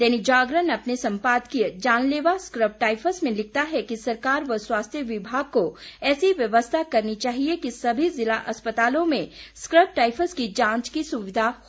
दैनिक जागरण अपने सम्पादकीय जानलेवा स्कब टायफस में लिखता है कि सरकार व स्वास्थ्य विभाग को ऐसी व्यवस्था करनी चाहिए कि सभी जिला अस्पतालों में स्कब टायफस की जांच की सुविधा हो